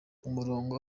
umurongo